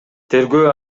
тергөө